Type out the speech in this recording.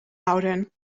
houden